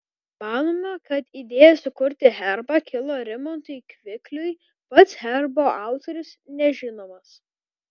manoma kad idėja sukurti herbą kilo rimantui kvikliui pats herbo autorius nežinomas